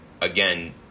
again